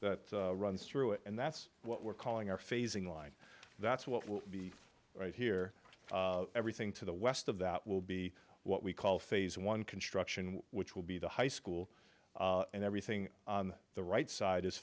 that runs through it and that's what we're calling our phasing line that's what will be right here everything to the west of that will be what we call phase one construction which will be the high school and everything on the right side is